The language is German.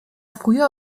früher